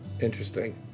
interesting